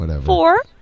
Four